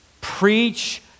preach